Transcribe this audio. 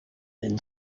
then